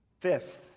Fifth